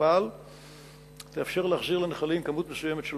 שתותפל תאפשר להחזיר לנחלים כמות מסוימת של